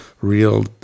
real